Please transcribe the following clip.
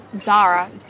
Zara